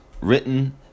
written